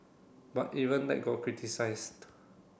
but even that got criticised